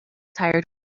tired